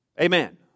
Amen